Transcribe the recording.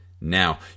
now